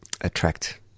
attract